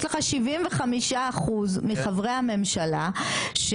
יש לך 75% מחברי הממשלה,